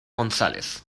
gonzález